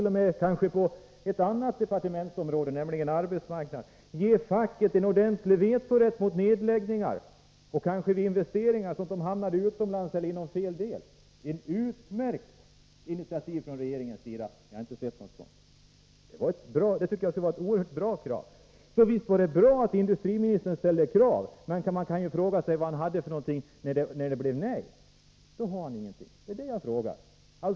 Om arbetsmarknadsdepartementet gav facket vetorätt mot nedläggningar och kanske mot investeringar för produktion utomlands eller inom fel del av landet, vore det ett utmärkt initiativ från regeringens sida. Men något sådant förslag har jag inte sett. Visst var det bra att industriministern ställde krav. Men när det sedan blev nej, hade han ingenting att komma med.